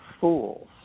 fools